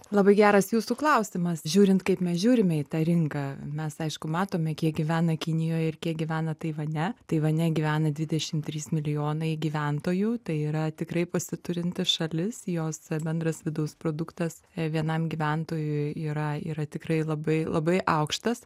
labai geras jūsų klausimas žiūrint kaip mes žiūrime į tą rinką mes aišku matome kiek gyvena kinijoje ir kiek gyvena taivane taivane gyvena dvidešimt trys milijonai gyventojų tai yra tikrai pasiturinti šalis jos bendras vidaus produktas vienam gyventojui yra yra tikrai labai labai aukštas